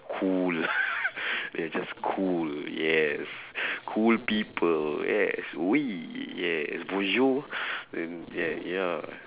cool they're just cool yes cool people yes oui yes bonjour then like ya